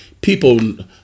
people